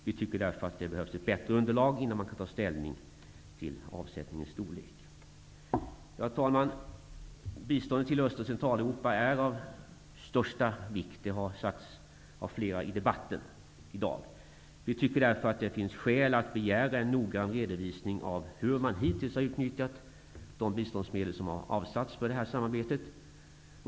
Vi tycker därför att det behövs ett bättre underlag innan man kan ta ställning till avsättningens storlek. Herr talman! Biståndet till Öst och Centraleuropa är av största vikt. Det har sagts av flera i debatten i dag. Vi tycker därför att det finns skäl att begära en noggrann redovisning av hur man hittills har utnyttjat de biståndsmedel som har avsatts för detta samarbete.